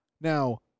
Now